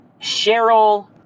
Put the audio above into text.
Cheryl